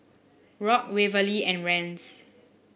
Rock Waverly and Rance